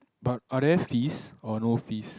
but are there fees or no fees